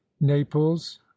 Naples